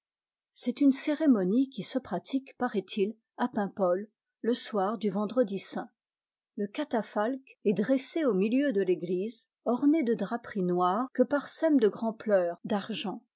c'est une cérémonie qui se pratique paraît-il à paimpol le soir du vendredi saint le catafalque est dressé au milieu de l'église orné de draperies noires que parsèment de grands pleurs d'argent